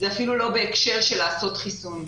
זה אפילו לא בהקשר של לעשות חיסון.